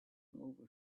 over